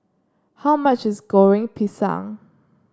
how much is Goreng Pisang